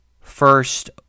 first